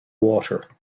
water